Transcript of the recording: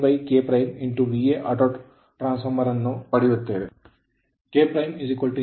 ಆದ್ದರಿಂದ two winding transformer K K auto